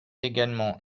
également